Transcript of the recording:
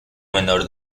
menor